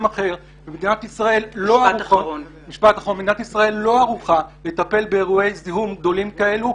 אחר ומדינת ישראל לא ערוכה לטפל באירועי זיהום גדולים כאלו.